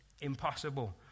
impossible